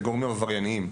לגורמים עבריינים.